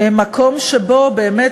מקום שבו באמת,